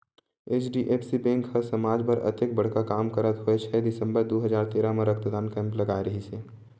HDFC bank ह समाज बर अतेक बड़का काम करत होय छै दिसंबर दू हजार तेरा म रक्तदान कैम्प लगाय रिहिस हे